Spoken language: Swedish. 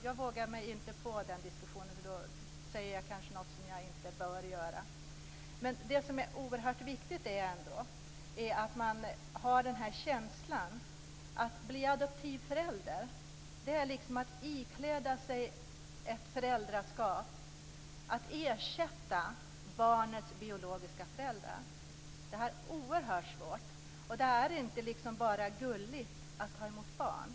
Jag vågar mig inte på den diskussionen, för då säger jag kanske något som jag inte bör säga. Det är ändå oerhört viktigt att man har en känsla för att steget att bli adoptivförälder innebär att man ikläder sig ett föräldraskap, att man ska ersätta barnets biologiska föräldrar. Det är oerhört svårt. Det är inte bara gulligt att ta emot barn.